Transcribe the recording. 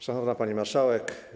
Szanowna Pani Marszałek!